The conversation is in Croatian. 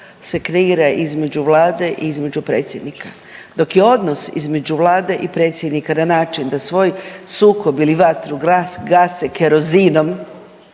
se kreira između vlade i između predsjednika, dok je odnos između vlade i predsjednika na način da svoj sukob ili vatru gase kerozinom